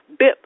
bip